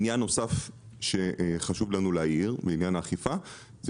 עניין נוסף שחשוב לנו להעיר בעניין האכיפה זה